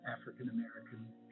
African-American